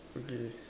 okay